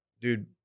Dude